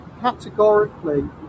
categorically